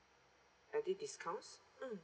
are there discounts mm